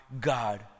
God